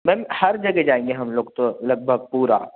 ma'am हर जगह जाएँगे हम लोग तो लगभग पूरा